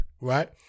right